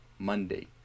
Monday